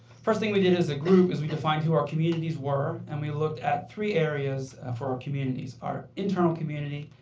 first thing we did as a group is we defined who our communities were, and we looked at three areas ah for our communities our internal community,